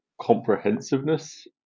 comprehensiveness